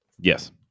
yes